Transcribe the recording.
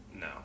No